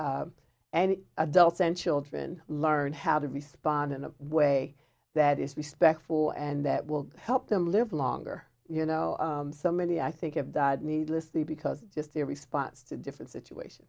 and adults and children learn how to respond in a way that is respectful and that will help them live longer you know so many i think have died needlessly because just their response to different situation